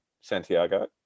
Santiago